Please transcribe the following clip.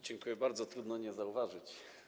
Dziękuję bardzo, trudno nie zauważyć.